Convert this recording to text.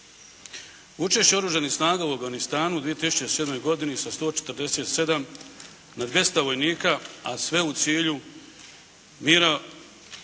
Učešće oružanih snaga u Afganistanu u 2007. godini sa 147 na 200 vojnika a sve u cilju mira u